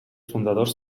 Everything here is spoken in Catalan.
fundadors